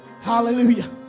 hallelujah